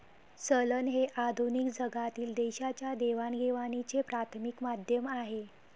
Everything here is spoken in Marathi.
चलन हे आधुनिक जगातील देशांच्या देवाणघेवाणीचे प्राथमिक माध्यम आहे